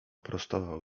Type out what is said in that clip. prostował